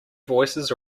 voices